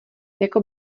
jako